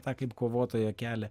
tą kaip kovotojo kelią